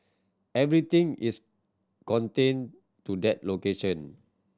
everything is contained to that location